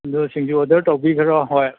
ꯑꯗꯨ ꯁꯤꯡꯖꯨ ꯑꯣꯔꯗꯔ ꯇꯧꯕꯤꯈ꯭ꯔꯣ ꯍꯣꯏ